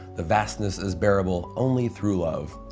the vastness is bearable only through love.